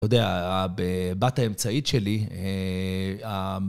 אתה יודע, בת האמצעית שלי...